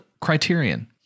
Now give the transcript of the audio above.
Criterion